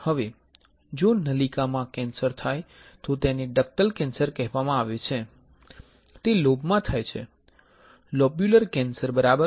હવે જો નલિકામાં કેન્સર થાય તો તેને ડક્ટલ કેન્સર કહેવામાં આવે છે તે લોબમાં થાય છે લોબ્યુલર કેન્સર બરાબર